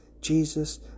Jesus